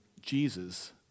Jesus